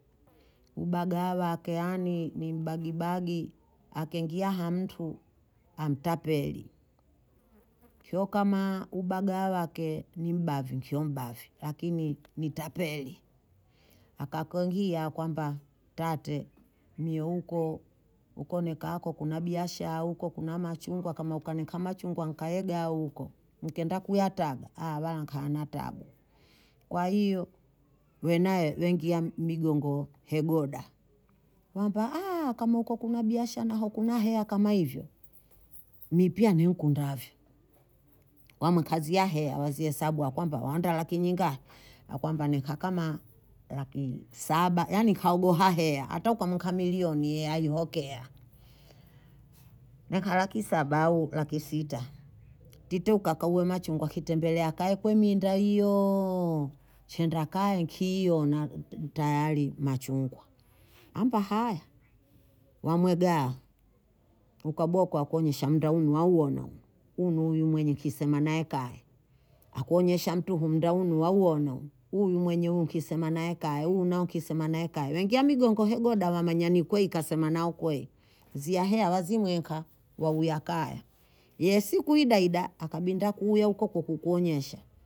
Ubagaa wake ani ni mbagibagi, akeengia hamtu amtapeli, kio kama ubagaa wake ni mbavi, nkio mbavi lakini ni tapeli, akakwengia kwamba tate mie huko, huko nikaako kuna biashaya, huko kuna machungwa kama ukanika machungwa nkaegaa huko, nkaenda kuyataga wala nkahana taabu, kwa hiyo we naye weingia migongo hegoda, wambia kama huko kuna biashaya na aho kuna heya kama hivyo mi pia niukundavyo, wamwekazia heya wazihesabu akwamba waonda laki nyinga, akwamba neka kama laki saba yaani kahogoha heya hata ukamunka milioni yeye aihokea, neka laki saba au laki sita, titeuka kauwe machungwa kitembelea kae kemwinda hiyooo shenda kae nkio nan- tayari machungwa. amba haya, wamwegaa ukaboko akuonyesha munda hunu wauona, hunu huyu mwenye kisema nae kae, akuonyesha mtu humnda hunu waona, hunu mwenye huyu kisema nae kae, huu nae kisema nae kae, waingia migongo hegoda wamanya ni kweyi kasema nao kweyi, ziya heya wazimwenka wauya kaya, ye siku hida hida akabinda kuya huko kukukuonyesha